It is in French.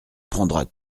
prendras